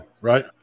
Right